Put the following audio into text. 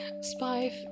Spy